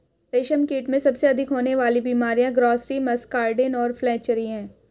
रेशमकीट में सबसे अधिक होने वाली बीमारियां ग्रासरी, मस्कार्डिन और फ्लैचेरी हैं